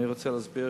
אני רוצה להסביר